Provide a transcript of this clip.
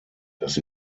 das